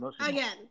again